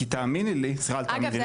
כי תאמיני לי --- אגב,